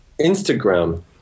Instagram